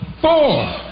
four